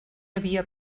havia